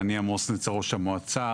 אני ראש המועצה.